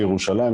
בירושלים,